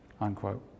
unquote